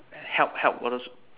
help help all those